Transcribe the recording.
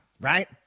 right